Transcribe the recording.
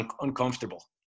uncomfortable